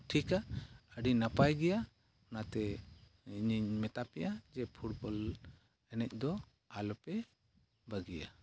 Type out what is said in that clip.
ᱴᱷᱤᱠᱟ ᱟᱹᱰᱤ ᱱᱟᱯᱟᱭ ᱜᱮᱭᱟ ᱚᱱᱟᱛᱮ ᱤᱧᱤᱧ ᱢᱮᱛᱟᱯᱮᱭᱟ ᱡᱮ ᱯᱷᱩᱴᱵᱚᱞ ᱮᱱᱮᱡ ᱫᱚ ᱟᱞᱚᱯᱮ ᱵᱟᱹᱜᱤᱭᱟ